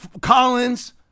collins